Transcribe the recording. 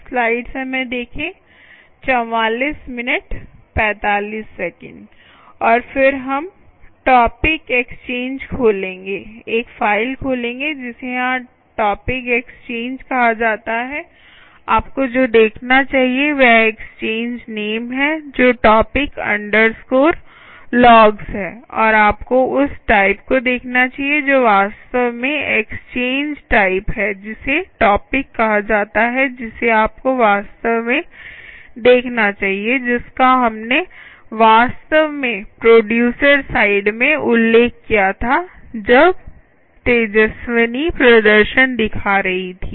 और फिर हम टॉपिक एक्सचेंज खोलेंगे एक फ़ाइल खोलेंगे जिसे यहां टॉपिक एक्सचेंज कहा जाता है आपको जो देखना चाहिए वह एक्सचेंज नेम है जो topic logs है और आपको उस टाइप को देखना चाहिए जो वास्तव में एक्सचेंज टाइप है जिसे टॉपिक कहा जाता है जिसे आपको वास्तव में देखना चाहिए जिसका हमने वास्तव में प्रोडयूसर साइड में उल्लेख किया था जब तेजस्विनी प्रदर्शन दिखा रही थी